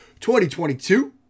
2022